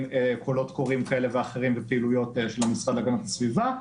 קולות קוראים כאלה ואחרים בפעילויות של המשרד להגנת הסביבה.